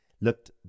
looked